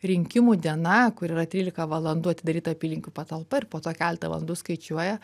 rinkimų diena kur yra trylika valandų atidaryta apylinkių patalpa ir po to keletą valandų skaičiuoja